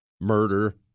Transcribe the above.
murder